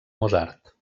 mozart